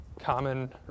common